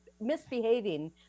misbehaving